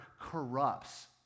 corrupts